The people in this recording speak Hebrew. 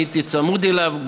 הייתי צמוד אליו,